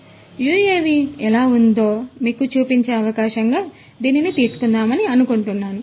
కాబట్టి యుఎవి ఎలా ఉందో మీకు చూపించే అవకాశంగా దీనిని తీసుకుందాం అని అనుకున్నాను